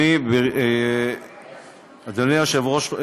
אדוני היושב-ראש,